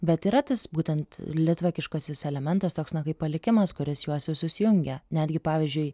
bet yra tas būtent litvakiškasis elementas toks na kaip palikimas kuris juos visus jungia netgi pavyzdžiui